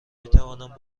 میتوانند